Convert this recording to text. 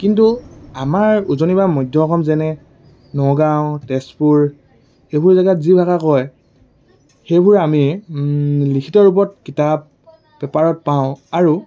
কিন্তু আমাৰ উজনি বা মধ্য অসম যেনে নগাঁও তেজপুৰ এইবোৰ জেগাত যি ভাষা কয় সেইবোৰ আমি লিখিত ৰূপত কিতাপ পেপাৰত পাওঁ আৰু